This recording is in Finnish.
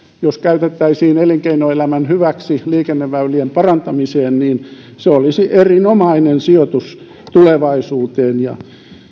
jos käytettäisiin elinkeinoelämän hyväksi liikenneväylien parantamiseen erinomainen sijoitus tulevaisuuteen ja